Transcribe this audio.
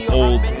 old